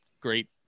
great